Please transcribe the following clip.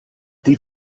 die